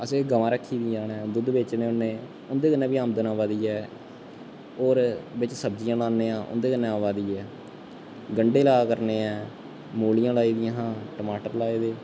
असें गवांऽ रक्खी दियां न दुद्ध बेचने होन्ने उं'दे कन्नै बी आमदन आवा दी ऐ होर बिच्च सब्जियां लान्नै आं उं'दे कन्नै आवा दी ऐ गंडे ला करने ऐं मूलियां लाई दियां हां टमाटर लाए दे